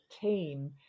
team